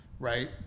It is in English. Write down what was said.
Right